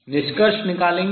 निष्कर्ष निकालेंगे